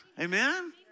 Amen